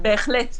בהחלט.